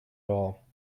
all